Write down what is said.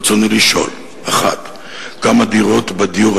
ברצוני לשאול: 1. כמה דירות בדיור